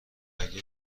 اگه